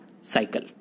Cycle